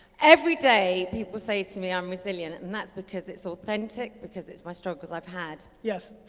everyday people say to me i'm resilient, and that's because it's authentic, because it's my struggles i've had. yes.